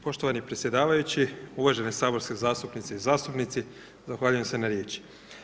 Poštovani predsjedavajući, uvažene saborske zastupnice i zastupnici, zahvaljujem se na riječi.